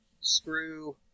screw